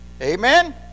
amen